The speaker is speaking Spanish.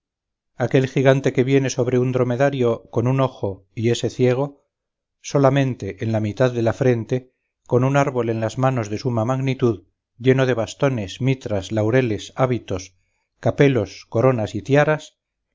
aquel gigante que viene sobre un dromedario con un ojo y ése ciego solamente en la mitad de la frente con un árbol en las manos de suma magnitud lleno de bastones mitras laureles hábitos capelos coronas y tiaras